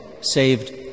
saved